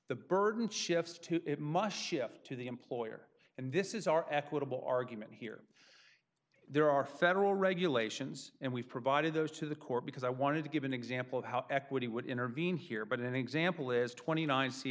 the burden shifts to it must shift to the employer and this is our equitable argument here there are federal regulations and we've provided those to the court because i wanted to give an example of how equity would intervene here but an example is twenty nine c